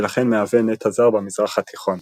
ולכן מהווה נטע זר במזרח התיכון.